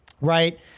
Right